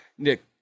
Nick